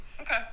okay